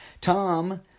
Tom